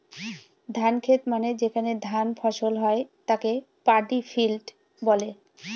ধানের খেত মানে যেখানে ধান ফসল হয় তাকে পাডি ফিল্ড বলে